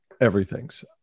everything's